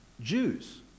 Jews